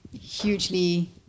hugely